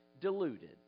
diluted